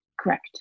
Correct